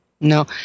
no